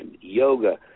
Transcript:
yoga